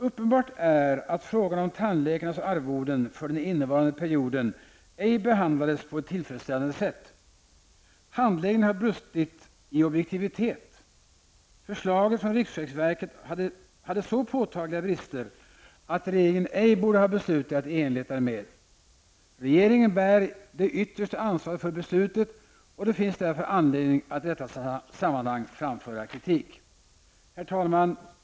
Uppenbart är att frågan om tandläkarnas arvoden för den innevarande perioden ej behandlades på ett tillfredsställande sätt. Handläggningen har brustit i objektivitet. Förslaget från riksförsäkringsverket hade så påtagliga brister, att regeringen ej borde ha beslutat i enlighet därmed. Regeringen bär det yttersta ansvaret för beslutet, och det finns därför anledning att i detta sammanhang framföra kritik. Herr talman!